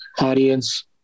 audience